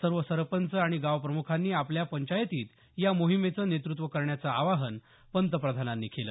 सर्व सरपंच आणि गाव प्रमुखांनी आपल्या पंचायतीत या मोहिमेचं नेतृत्व करण्याचं आवाहन पंतप्रधानांनी केलं